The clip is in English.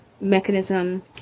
mechanism